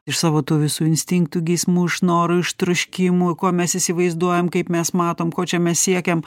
iš savo tų visų instinktų geismų iš noro iš troškimų ko mes įsivaizduojam kaip mes matom ko čia mes siekiam